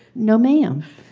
no, ma'am.